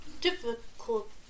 Difficult